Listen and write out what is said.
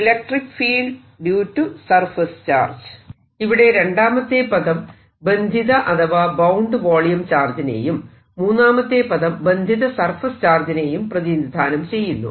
അപ്പോൾ ഇവിടെ രണ്ടാമത്തെ പദം ബന്ധിത അഥവാ ബൌണ്ട് വോളിയം ചാർജിനെയും മൂന്നാമത്തെ പദം ബന്ധിത സർഫേസ് ചാർജിനെയും പ്രതിനിധാനം ചെയ്യുന്നു